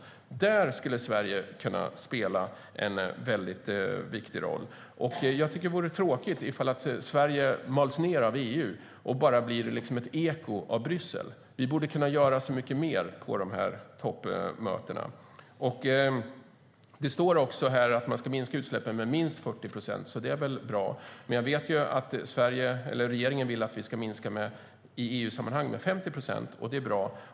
Där skulle Sverige kunna spela en mycket viktig roll. Det vore tråkigt om Sverige maldes ned av EU och bara blev ett eko av Bryssel. Vi borde kunna göra mycket mer på toppmötena. Det står i dokumentet att man ska minska utsläppen med minst 40 procent, så det är väl bra, men jag vet att regeringen vill att vi i EU-sammanhang ska minska med 50 procent. Det är bra.